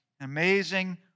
Amazing